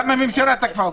גם הממשלה תקפה אותך.